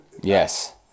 Yes